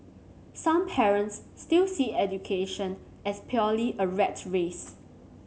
some parents still see education as purely a rat race